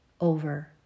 over